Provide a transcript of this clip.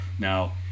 Now